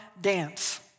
dance